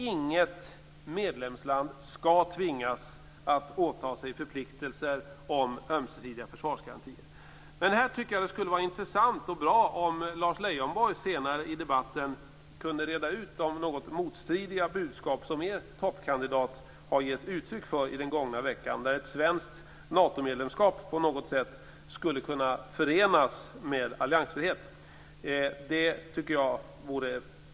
Inget medlemsland skall tvingas att åta sig förpliktelser om ömsesidiga försvarsgarantier. Det skulle vara intressant och bra om Lars Leijonborg senare i debatten kunde reda ut de något motstridiga budskap som er toppkandidat har gett uttryck för i den gångna veckan. Budskapet var att ett svenskt Natomedlemskap på något sätt skulle kunna förenas med alliansfrihet.